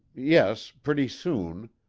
yes pretty soon